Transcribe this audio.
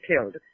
killed